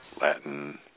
Latin